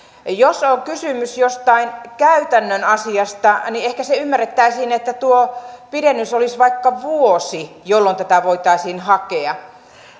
jos on kysymys jostain käytännön asiasta niin ehkä se ymmärrettäisiin että tuo pidennys olisi vaikka vuosi jolloin tätä voitaisiin hakea